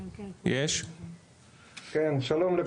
כן שלום לכלום.